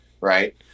right